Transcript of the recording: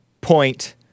point